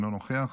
אינו נוכח,